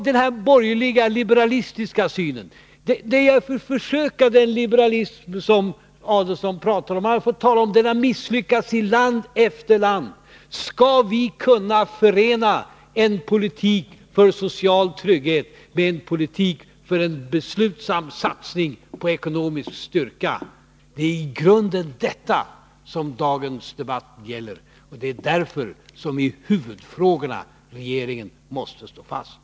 Det liberalistiska synsätt som herr Adelsohn talar om har misslyckats i land efter land. Att kunna förena en politik för social trygghet med en politik som innebär en beslutsam satsning för att nå ekonomisk styrka — det är i grunden vad dagens debatt gäller. Därför måste regeringen stå fast i huvudfrågorna.